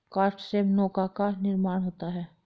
काष्ठ से नौका का निर्माण होता है